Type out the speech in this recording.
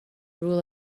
rule